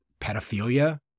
pedophilia